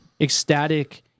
ecstatic